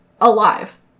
alive